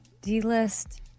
D-list